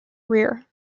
rear